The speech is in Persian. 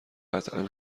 قطعا